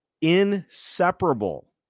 inseparable